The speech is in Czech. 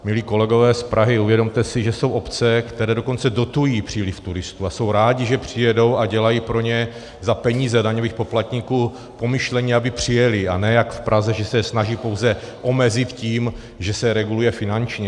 Milí kolegové z Prahy, uvědomte si, že jsou obce, které dokonce dotují příliv turistů a jsou rády, že přijedou, a dělají pro ně za peníze daňových poplatníků pomyšlení, aby přijeli, a ne jak v Praze, že se je snaží pouze omezit tím, že se reguluje finančně.